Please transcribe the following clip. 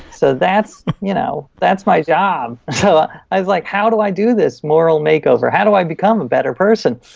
so that's you know that's my job. so i was like, how do i do this moral makeover? how do i become a better person?